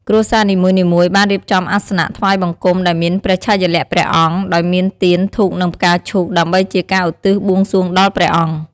គ្រួសារនីមួយៗបានរៀបចំអាសនៈថ្វាយបង្គំដែលមានព្រះឆាយាល័ក្ខណ៍ព្រះអង្គ ដោយមានទៀន ធូប និងផ្កាឈូក ដើម្បីជាការឧទ្ទិសបួងសួងដល់ព្រះអង្គ។